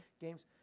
games